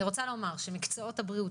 אני רוצה לומר שמקצועות הבריאות,